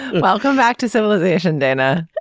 welcome back to civilization. dana